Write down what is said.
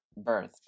birthed